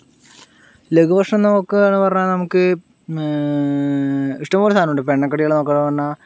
ലഖു ഭക്ഷണം നോക്കുകയാണ് പറഞ്ഞാൽ നമുക്ക് ഇഷ്ടം പോലെ സാധനം ഉണ്ട് ഇപ്പം എണ്ണക്കടികൾ നോക്കുകയാണെന്ന് പറഞ്ഞാൽ